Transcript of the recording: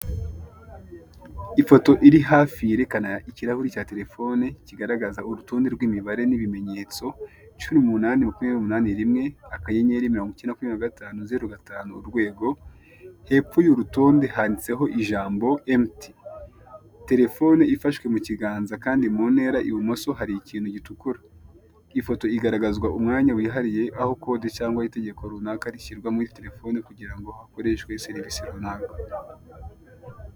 Ifoto iri hafi yerekana ikirahure cya terefone kigaragaza urutonde rw'imibare n'ibimenyetso 18281*902505#, hepfo y'urwo rutonde handitseho ijambo emputi(empty). Terefone ifashwe mu kiganza kandi mu ntera, ibumoso hari ikintu gitukura. Iyi foto igaragazwa umwanya wihariye cyangwa w'itegeko runaka rishyirwa muri terefone kugirango rikoreshwe serivise runaka.